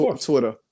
Twitter